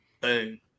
Boom